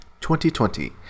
2020